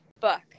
book